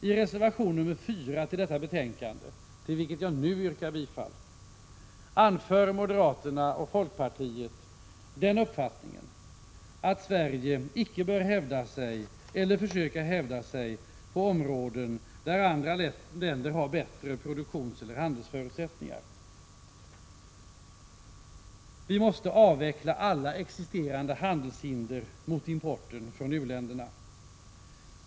I reservation nr 4 till detta betänkande, till vilket jag nu yrkar bifall, anför moderaterna och folkpartiet den uppfattningen att Sverige icke bör hävda sig eller försöka hävda sig på områden där andra länder har bättre produktionseller handelsförutsättningar. Vi måste avveckla alla existerande handelshinder mot importen från u-länderna.